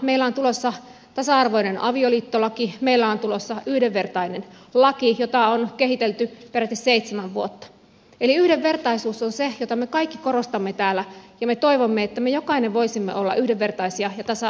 meillä on tulossa tasa arvoinen avioliittolaki meillä on tulossa yhdenvertainen laki jota on kehitelty peräti seitsemän vuotta eli yhdenvertaisuus on se jota me kaikki korostamme täällä ja me toivomme että me jokainen voisimme olla yhdenvertaisia ja tasa arvoisia keskenämme